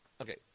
Okay